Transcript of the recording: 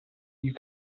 you